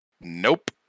Nope